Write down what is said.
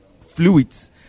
fluids